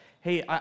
hey